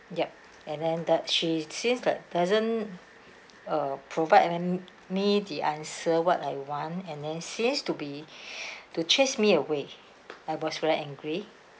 yup and then that she seems like doesn't uh provide um me the answer what I want and then seems to be to chase me away I was very angry